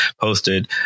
posted